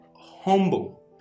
humble